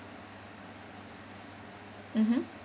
mmhmm